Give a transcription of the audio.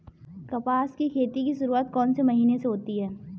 कपास की खेती की शुरुआत कौन से महीने से होती है?